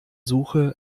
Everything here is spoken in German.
suche